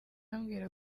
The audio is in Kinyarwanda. ambwira